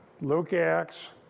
Luke-Acts